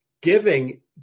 giving